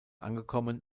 angekommen